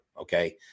okay